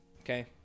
okay